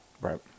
Right